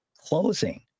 closing